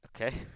Okay